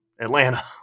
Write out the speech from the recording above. Atlanta